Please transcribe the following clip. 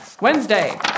Wednesday